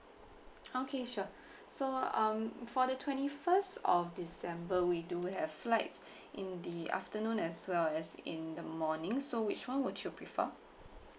okay sure so um for the twenty first of december we do have flights in the afternoon as well as in the morning so which one would you prefer